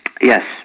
Yes